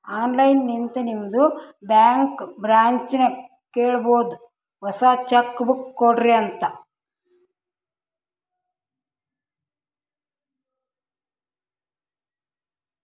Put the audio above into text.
online ಲಿಂತೆ ನಿಮ್ದು bank ಬ್ರ್ಯಾಂಚ್ಗ ಕೇಳಬೋದು ಹೊಸಾ ಚೆಕ್ ಬುಕ್ ಕೊಡ್ರಿ ಅಂತ್